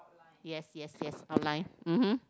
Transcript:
yes yes yes outline mmhmm